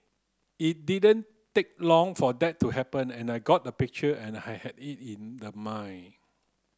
it didn't take long for that to happen and I got the picture and I had it in the mind